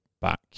back